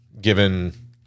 given